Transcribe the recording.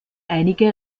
einige